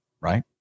Right